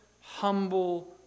humble